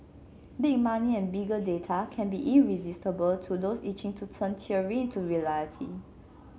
big money and bigger data can be irresistible to those itching to turn theory into reality